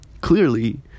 clearly